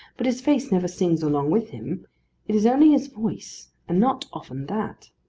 but his face never sings along with him it is only his voice, and not often that.